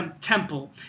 temple